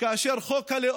חילונית ושוויונית,